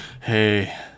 Hey